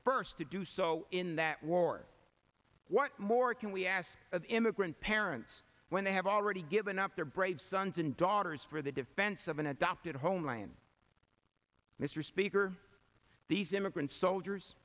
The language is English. first to do so in that war what more can we ask of immigrant parents when they have already given up their brave sons and daughters for the defense of an adopted homeland mr speaker these immigrants soldiers